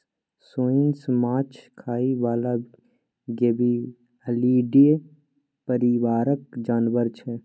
सोंइस माछ खाइ बला गेबीअलीडे परिबारक जानबर छै